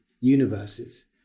universes